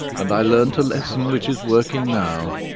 and i learnt a lesson which is working now.